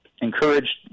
encouraged